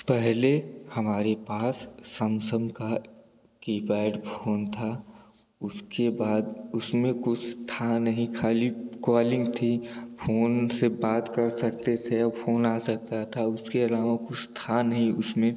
पहले हमारे पास समसंग का कीपैड फ़ोन था उसके बाद उसमें कुछ था नहीं खाली कॉलिंग थी फ़ोन से बात कर सकते थे और फ़ोन आ सकता है उसके अलावा कुछ था नहीं उसमें